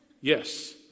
Yes